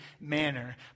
manner